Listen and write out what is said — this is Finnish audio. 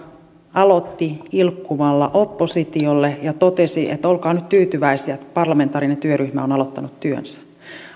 aloitti ilkkumalla oppositiolle ja totesi että olkaa nyt tyytyväisiä että parlamentaarinen työryhmä on aloittanut työnsä